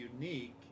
unique